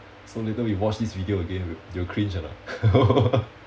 so later we watch this video again you you'll cringe or not